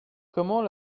comment